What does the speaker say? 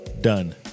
done